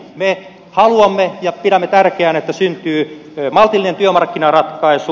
me haluamme ja pidämme tärkeänä että syntyy maltillinen työmarkkinaratkaisu